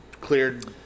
cleared